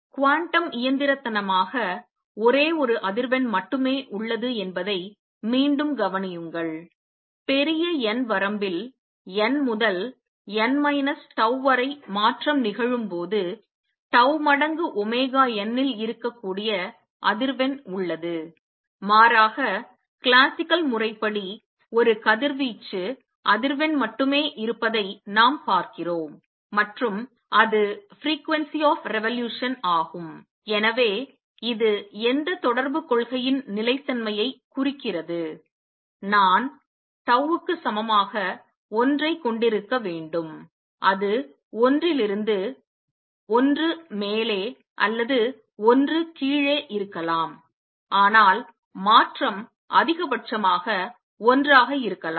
quantum இயந்திரத்தனமாக ஒரே ஒரு அதிர்வெண் மட்டுமே உள்ளது என்பதை மீண்டும் கவனியுங்கள் பெரிய n வரம்பில் n முதல் n மைனஸ் tau வரை மாற்றம் நிகழும்போது tau மடங்கு ஒமேகா n இல் இருக்கக்கூடிய அதிர்வெண் உள்ளது மாறாக கிளாசிக்கல் முறைப்படி ஒரு கதிர்வீச்சு அதிர்வெண் மட்டுமே இருப்பதை நாம் பார்க்கிறோம் மற்றும் அது புரட்சியின் அதிர்வெண் ஆகும் எனவே இது எந்த தொடர்புக் கொள்கையின் நிலைத்தன்மையைக் குறிக்கிறது நான் tau க்கு சமமாக 1 ஐ கொண்டிருக்க வேண்டும் அது ஒன்றிலிருந்து ஒன்று மேலே அல்லது ஒன்று கீழே இருக்கலாம் ஆனால் மாற்றம் அதிகபட்சமாக 1 ஆக இருக்கலாம்